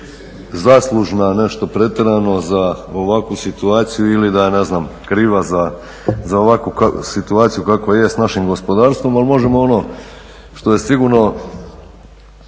zaslužna nešto pretjerano za ovakvu situaciju ili da je ne znam, kriva za ovakvu situaciju kakva je s našim gospodarstvom, ali možemo ono što je sigurno